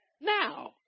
now